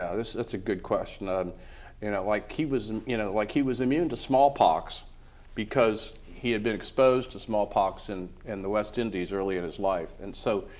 ah that's a good question. um you know, like he was, you know like he was immune to smallpox because he had been exposed to smallpox in and the west indies early in his life, and so,